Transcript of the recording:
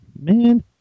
man